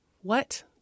What